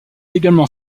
également